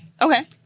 Okay